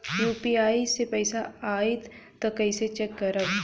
UPI से पैसा आई त कइसे चेक करब?